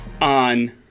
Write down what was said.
on